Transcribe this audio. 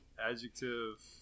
adjective